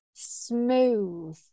Smooth